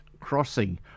Crossing